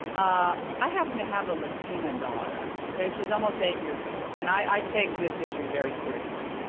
ah i happen to have a latina daughter, okay? she's almost eight years old. and i take this issue very seriously.